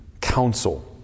counsel